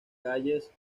calles